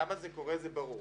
למה זה קורה זה ברור,